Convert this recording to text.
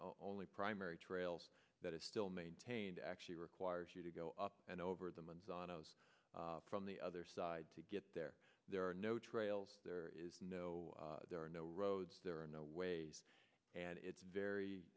only primary trails that is still maintained actually requires you to go up and over the months from the other side to get there there are no trails there is no there are no roads there are no way and it's very